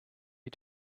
you